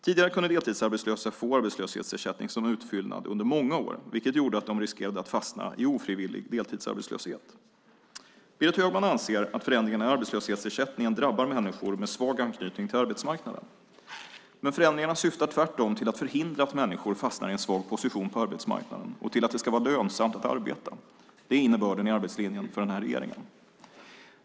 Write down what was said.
Tidigare kunde deltidsarbetslösa få arbetslöshetsersättning som utfyllnad under många år, vilket gjorde att de riskerade att fastna i ofrivillig deltidsarbetslöshet. Berit Högman anser att förändringarna i arbetslöshetsersättningen drabbar människor med svag anknytning till arbetsmarknaden. Men förändringarna syftar tvärtom till att förhindra att människor fastnar i en svag position på arbetsmarknaden och till att det ska vara lönsamt att arbeta. Det är innebörden i arbetslinjen för den här regeringen.